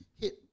hit